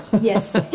Yes